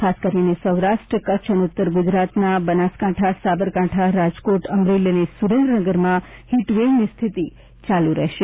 ખાસ કરીને સૌરાષ્ટ્ર કચ્છ અને ઉત્તર ગુજરાતના બનાસકાંઠા સાબરકાંઠા રાજકોટ અમરેલી અને સુરેન્દ્રનગરમાં હીટવેવની સ્થિતિ ચાલુ રહેશે